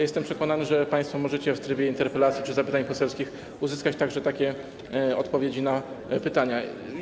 Jestem przekonany, że państwo możecie w trybie interpelacji czy zapytań poselskich uzyskać także odpowiedzi na takie pytania.